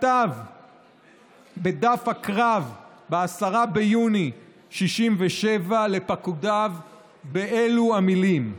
כתב בדף הקרב ב-10 ביוני 1967 לפקודיו באלה המילים: